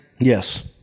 Yes